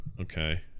Okay